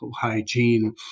hygiene